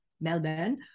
Melbourne